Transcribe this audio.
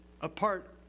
apart